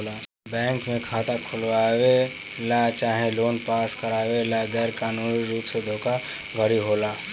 bank में खाता खोलवावे ला चाहे लोन पास करावे ला गैर कानूनी रुप से धोखाधड़ी होला